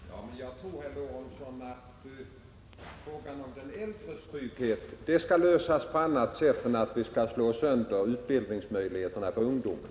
Herr talman! Men jag tror, herr Lorentzon, att frågan om de äldres trygghet skall lösas på annat sätt än genom att vi slår sönder utbildningsmöjligheterna för ungdomen.